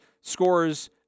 scores